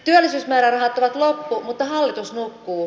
työllisyysmäärärahat ovat loppu mutta hallitus nukkuu